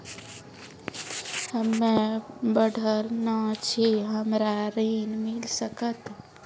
हम्मे पढ़ल न छी हमरा ऋण मिल सकत?